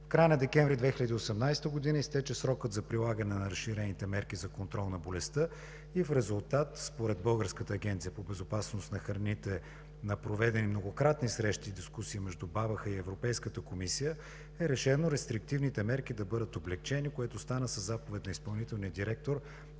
В края на месец декември 2018 г. изтече срокът за прилагане на разширените мерки за контрол на болестта и в резултат, според Българската агенция по безопасност на храните на проведени многократни срещи и дискусии между Българската агенция по безопасност на храните и Европейската комисия, е решено рестриктивните мерки да бъдат облекчени, което стана със заповед на изпълнителния директор